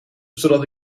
zodat